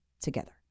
together